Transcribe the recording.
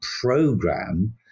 program